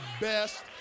best